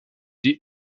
die